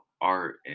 art